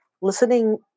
listening